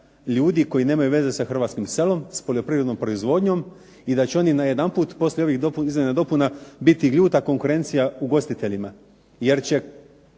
ljudi koji nemaju veze sa hrvatskim selom, s poljoprivrednom proizvodnjom i da će oni najedanput poslije ovih izmjena i dopuna biti ljuta konkurencija ugostiteljima